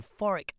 euphoric